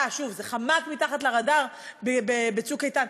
אה, שוב, זה חמק מתחת לרדאר ב"צוק איתן".